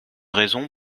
raison